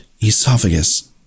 esophagus